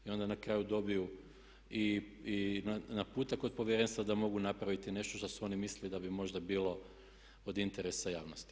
I onda na kraju dobiju i naputak od Povjerenstva da mogu napraviti nešto što su oni mislili da bi možda bilo od interesa javnosti.